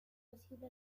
posible